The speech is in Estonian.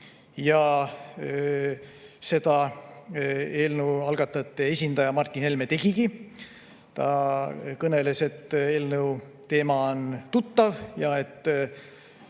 ja seda eelnõu algatajate esindaja Martin Helme tegigi. Ta kõneles, et eelnõu teema on tuttav ja eelnõu